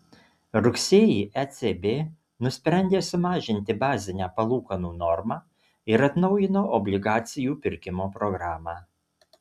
rugsėjį ecb nusprendė sumažinti bazinę palūkanų normą ir atnaujino obligacijų pirkimo programą